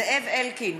זאב אלקין,